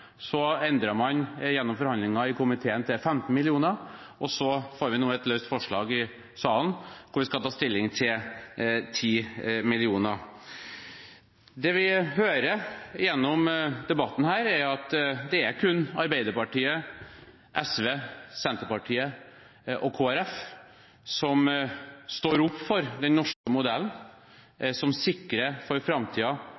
så endret man gjennom forhandlinger i komiteen til 15 mill. kr, og så får vi nå et løst forslag i salen hvor det skal tas stilling til 10 mill. kr. Det vi hører gjennom debatten her, er at det kun er Arbeiderpartiet, SV, Senterpartiet og Kristelig Folkeparti som står opp for den norske modellen,